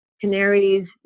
canaries